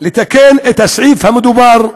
לתקן את הסעיף המדובר,